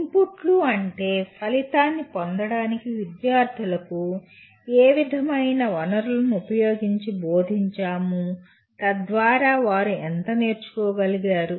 ఇన్పుట్లు అంటే ఫలితాన్ని పొందడానికి విద్యార్థులకు ఏ విధమైన వనరులను ఉపయోగించి బోధించాము తద్వారా వారు ఎంత నేర్చుకోగలిగారు